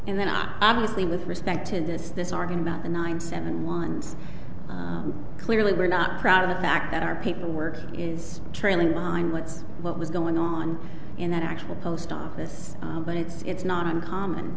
and then i obviously with respect to this this are going about nine seven ones clearly we're not proud of the fact that our paperwork is trailing behind what's what was going on in that actual post office but it's not uncommon